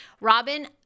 Robin